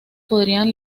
podrían